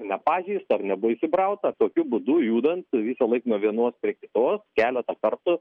o nepažeista ar nebuvo įsibrauta tokiu būdu judant visąlaik nuo vienos prie kitos keletą kartų